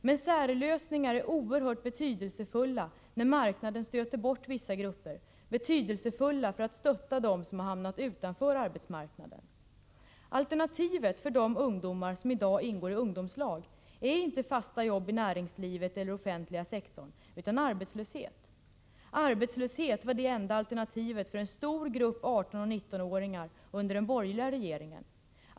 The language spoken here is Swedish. Men särlösningar är oerhört betydelsefulla när marknaden stöter bort vissa grupper, betydelsefulla för att stötta dem som hamnat utanför arbetsmarknaden. Alternativet för de ungdomar som i dag ingår i ungdomslag är inte fasta jobb i näringslivet eller inom den offentliga sektorn, utan arbetslöshet. Arbetslöshet var det enda alternativet för en stor grupp som inte fick jobb under den borgerliga regeringen.